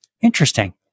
Interesting